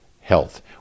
health